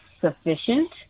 sufficient